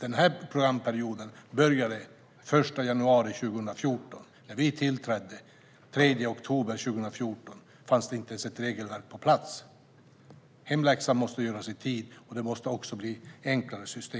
Den här programperioden började den 1 januari 2014. När vi tillträdde den 3 oktober 2014 fanns det inte ens något regelverk på plats. Hemläxan måste göras i tid, och systemen måste bli enklare.